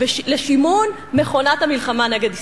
לשימון מכונת המלחמה נגד ישראל.